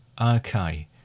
okay